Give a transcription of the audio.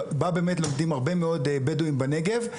לומדים הרבה מאוד בדואים מהנגב.